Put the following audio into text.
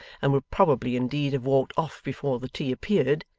and would probably, indeed, have walked off before the tea appeared,